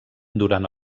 durant